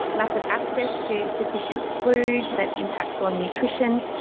lack of access to sufficient food that impacts on nutrition.